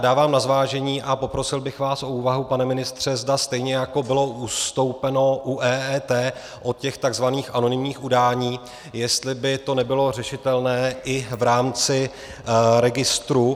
Dávám na zvážení a poprosil bych vás o úvahu, pane ministře, zda stejně jako bylo ustoupeno u EET od těch takzvaných anonymních udání, jestli by to nebylo řešitelné i v rámci registru.